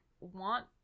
want